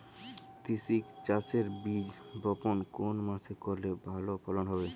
তিসি চাষের বীজ বপন কোন মাসে করলে ভালো ফলন হবে?